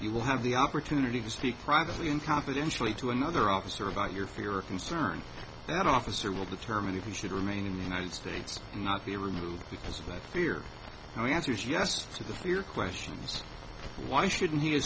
you will have the opportunity to speak privately in confidentially to another officer about your fear a concern that officer will determine if he should remain in the united states and not be removed because of that fear and the answer is yes to the fear question why shouldn't he